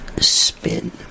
spin